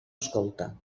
escolta